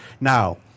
Now